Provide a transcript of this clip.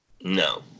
No